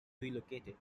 relocated